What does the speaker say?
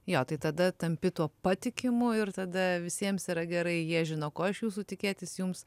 jo tai tada tampi tuo patikimu ir tada visiems yra gerai jie žino ko iš jūsų tikėtis jums